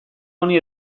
honi